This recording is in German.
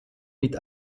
mit